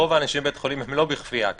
רוב האנשים בבית חולים - לא בכפייה.